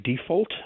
default